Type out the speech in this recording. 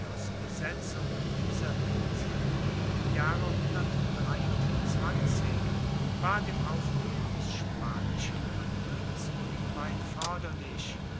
besetzung dieser inseln im jahre war dem aufblühen des spanischen handels ungemein förderlich